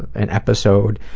an episode,